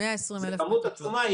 זו כמות עצומה,